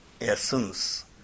essence